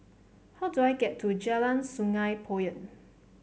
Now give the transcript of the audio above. how do I get to Jalan Sungei Poyan